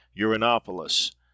Uranopolis